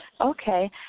Okay